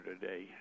today